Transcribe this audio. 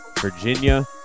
Virginia